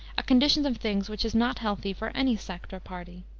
a condition of things which is not healthy for any sect or party.